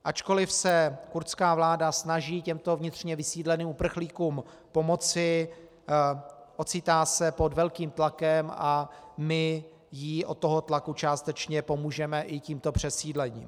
Ačkoliv se kurdská vláda snaží těmto vnitřně vysídleným uprchlíkům pomoci, ocitá se pod velkým tlakem a my jí od tohoto tlaku částečně pomůžeme i tímto přesídlením.